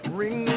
ring